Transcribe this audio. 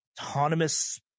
autonomous